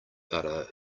butter